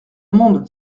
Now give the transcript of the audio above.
monde